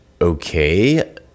okay